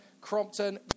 Crompton